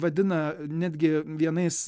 vadina netgi vienais